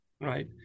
right